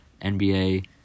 NBA